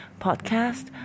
podcast